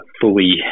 fully